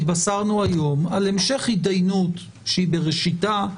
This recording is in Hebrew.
התבשרנו היום על המשך התדיינות שהיא בראשיתה,